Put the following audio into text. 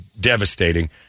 devastating